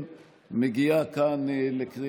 חוק ומשפט,